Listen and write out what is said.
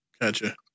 Gotcha